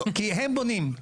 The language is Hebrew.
כי הם בונים.